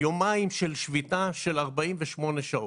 יומיים של שביתה של 48 שעות.